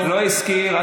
לא הזכיר.